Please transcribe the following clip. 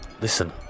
Listen